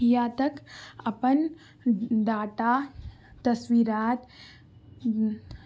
یا تک اپن ڈاٹا تصویرات